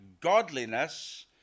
godliness